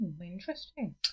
interesting